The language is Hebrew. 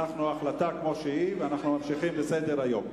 ההחלטה כמו שהיא, ואנחנו ממשיכים בסדר-היום.